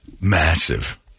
Massive